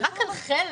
זה רק על חלק.